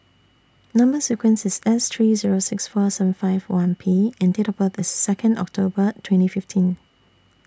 Number sequence IS S three Zero six four seven five one P and Date of birth IS Second October twenty fifteen